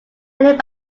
earning